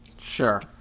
Sure